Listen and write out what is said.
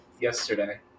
yesterday